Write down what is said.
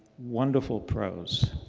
wonderful pros.